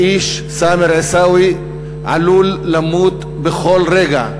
האיש סאמר עיסאווי עלול למות בכל רגע.